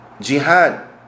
jihad